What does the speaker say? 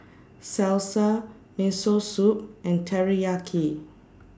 Salsa Miso Soup and Teriyaki